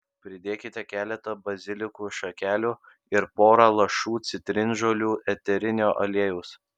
pridėkite keletą bazilikų šakelių ir pora lašų citrinžolių eterinio aliejaus